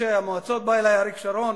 ראשי המועצות, שבא אלי אריק שרון